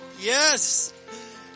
Yes